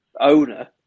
owner